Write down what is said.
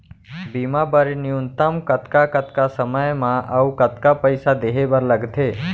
बीमा बर न्यूनतम कतका कतका समय मा अऊ कतका पइसा देहे बर लगथे